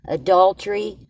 adultery